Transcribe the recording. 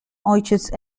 ojciec